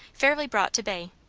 fairly brought to bay.